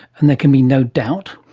and there can be no doubt.